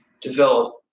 develop